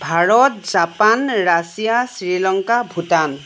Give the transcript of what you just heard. Bharat Japan Russia Sri Lanka Bhutan